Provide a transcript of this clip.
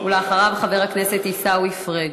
לאחריו, חבר הכנסת עיסאווי פריג'.